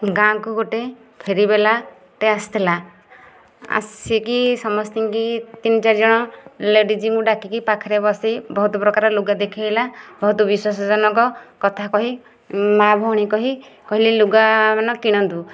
ଗାଁ କୁ ଗୋଟେ ଫେରିବାଲାଟେ ଆସିଥିଲା ଆସିକି ସମସ୍ତିଙ୍କି ତିନି ଚାରିଜଣ ଲେଡିଜଙ୍କୁ ଡାକିକି ପାଖରେ ବସେଇ ବହୁତ ପ୍ରକାର ଲୁଗା ଦେଖେଇଲା ବହୁତ ବିଶ୍ଵାସ ଜନକ କଥା କହି ମା ଭଉଣୀ କହି କହିଲେ ଲୁଗାମାନ କିଣନ୍ତୁ